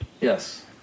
Yes